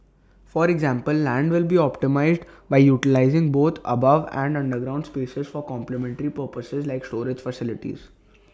for example land will be optimised by utilising both above and underground spaces for complementary purposes like storage facilities